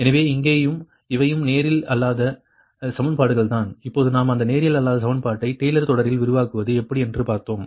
எனவே அங்கேயும் இவையும் நேரியல் அல்லாத சமன்பாடுகள் தான் இப்போது நாம் அந்த நேரியல் அல்லாத சமன்பாட்டை டெய்லர் தொடரில் விரிவாக்குவது எப்படி என்று பார்த்தோம்